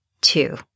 two